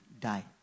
die